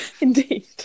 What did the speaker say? Indeed